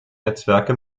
netzwerke